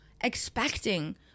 expecting